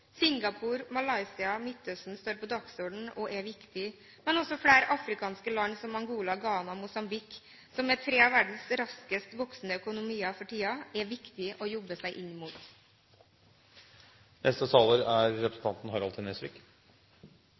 Singapore, Malaysia og Midtøsten står på dagsordenen og er viktig, men også flere afrikanske land, som Angola, Ghana og Mosambik, som er tre av verdens raskest voksende økonomier for tiden, er viktige å jobbe seg inn mot.